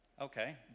Okay